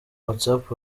whatsapp